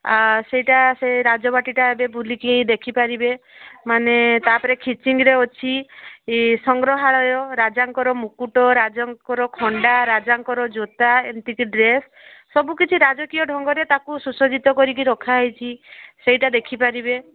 ସେଇଟା ସେଇ ରାଜବାଟିଟା ଏବେ ବୁଲିକି ଦେଖିପାରିବେ ମାନେ ତା'ପରେ ଖିଚିଙ୍ଗରେ ଅଛି ସଂଗ୍ରହାଳୟ ରାଜାଙ୍କର ମୁକୁଟ ରାଜାଙ୍କର ଖଣ୍ଡା ରାଜାଙ୍କର ଜୋତା ଏମିତି କି ଡ୍ରେସ୍ ସବୁକିଛି ରାଜକୀୟ ଢଙ୍ଗରେ ତାକୁ ସୁସଜ୍ଜିତ କରିକି ରଖା ହେଇଛି ସେଇଟା ଦେଖିପାରିବେ